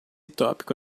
tópico